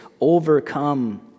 overcome